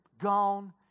gone